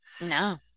No